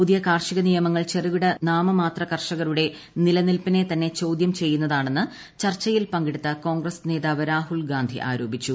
പുതിയ കാർഷിക നിയമങ്ങൾ ചെറുകിട നാമമാത്ര കർഷകരുടെ നിലനിൽപ്പിനെ തന്നെ ചോദ്യം ചെയ്യുന്നതാണെന്ന് ചർച്ചയിൽ പങ്കെടുത്ത കോൺഗ്രസ് നേതാവ് രാഹുൽ ഗാന്ധി ആരോപിച്ചു